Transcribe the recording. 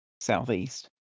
southeast